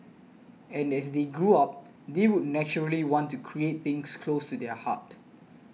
and as they grow up they would naturally want to create things close to their heart